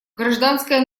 гражданское